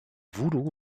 voodoo